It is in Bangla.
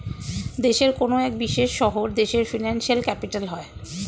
দেশের কোনো এক বিশেষ শহর দেশের ফিনান্সিয়াল ক্যাপিটাল হয়